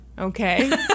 Okay